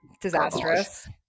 disastrous